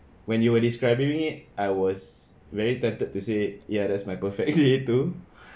when you were describing it I was very tempted to say ya that's my perfect day too